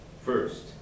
First